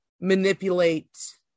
manipulate